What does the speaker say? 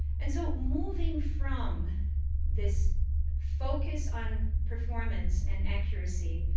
and so moving from this focus on performance and accuracy